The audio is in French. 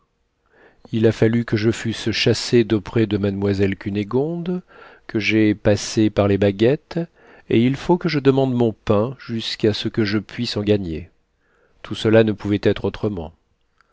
il a fallu que je fusse chassé d'auprès de mademoiselle cunégonde que j'aie passé par les baguettes et il faut que je demande mon pain jusqu'à ce que je puisse en gagner tout cela ne pouvait être autrement